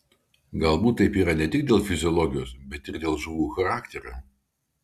galbūt taip yra ne tik dėl fiziologijos bet ir dėl žuvų charakterio